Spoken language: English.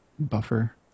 buffer